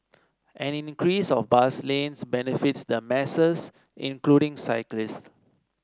an increase of bus lanes benefits the masses including cyclists